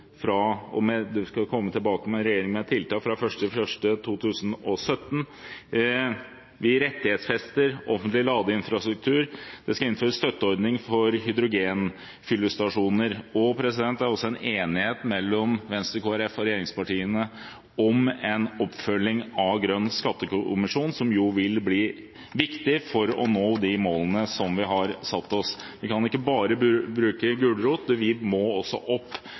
skal komme tilbake med tiltak fra og med 1. januar 2017. Vi rettighetsfester offentlig ladeinfrastruktur. Det skal innføres en støtteordning for hydrogenfyllestasjoner, og det er også en enighet mellom Venstre, Kristelig Folkeparti og regjeringspartiene om en oppfølging av Grønn skattekommisjon, som vil bli viktig for å nå de målene som vi har satt oss. Vi kan ikke bare bruke gulrot, avgiftsnivået må også opp,